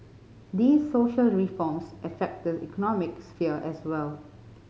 these social reforms affect the economic sphere as well